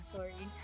Sorry